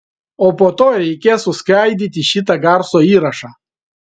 o po to reikės suskaidyti šitą garso įrašą